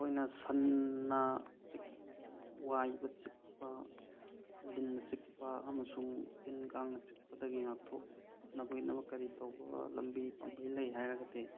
ꯑꯩꯈꯣꯏꯅ ꯁꯟꯅ ꯋꯥꯏꯕ ꯆꯤꯛꯄ ꯂꯤꯟꯅ ꯆꯤꯛꯄ ꯑꯃꯁꯨꯡ ꯇꯤꯟ ꯀꯥꯡꯅ ꯆꯤꯛꯄꯗꯒꯤ ꯉꯥꯛꯊꯣꯛꯅꯕꯒꯤꯗꯃꯛ ꯀꯔꯤ ꯇꯧꯕ ꯂꯝꯕꯤ ꯄꯥꯝꯕꯩ ꯂꯩ ꯍꯥꯏꯔꯒꯗꯤ